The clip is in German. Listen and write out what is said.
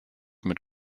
mit